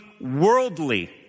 worldly